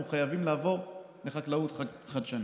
אנחנו חייבים לעבור לחקלאות חדשנית.